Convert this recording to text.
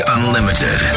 Unlimited